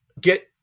get